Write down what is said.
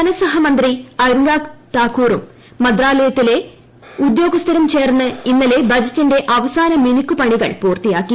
ധനസഹമന്ത്രി അനുരാഗ് താക്കൂറും മന്ത്രാലയത്തിലെ ഉദ്യോഗസ്ഥരും ചേർന്ന് ഇന്നലെ ബജറ്റിന്റെ അവസാന മിനുക്കു പണികൾ പൂർത്തിയാക്കി